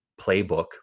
playbook